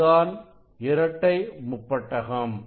இதுதான் இரட்டை முப்பட்டகம்